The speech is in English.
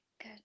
good